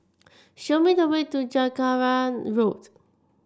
show me the way to Jacaranda Road